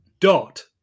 Dot